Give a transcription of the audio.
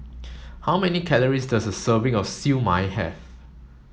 how many calories does a serving of Siew Mai have